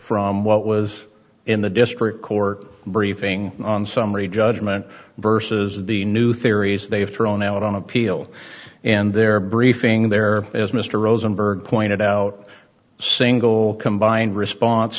from what was in the district court briefing on summary judgment versus the new theories they've thrown out on appeal and their briefing there as mr rosenberg pointed out a single combined response